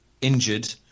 injured